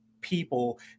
people